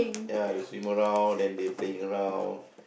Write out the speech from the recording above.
ya they swim around they playing around